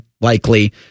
likely